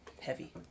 Heavy